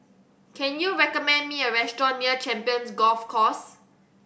can you recommend me a restaurant near Champions Golf Course